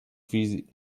wizji